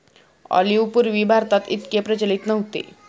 olive पूर्वी भारतात इतके प्रचलित नव्हते